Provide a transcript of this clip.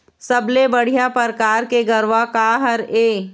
सबले बढ़िया परकार के गरवा का हर ये?